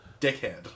dickhead